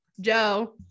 joe